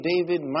David